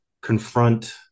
confront